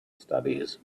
studies